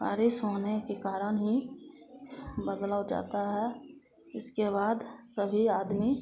बारिश होने के कारण ही बदलाव ज़्यादा है इसके बाद सभी आदमी